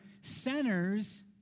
centers